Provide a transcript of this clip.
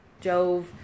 Jove